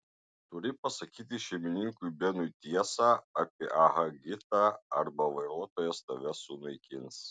turi pasakyti šeimininkui benui tiesą apie ah gitą arba vairuotojas tave sunaikins